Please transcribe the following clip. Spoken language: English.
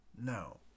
No